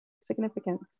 significant